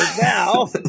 Now